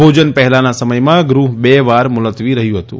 ભોજન પહેલાંના સમયમાં ગૃહ બે વાર મુલતવી રહ્યું હતું